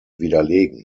widerlegen